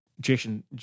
Jason